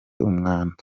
umwanda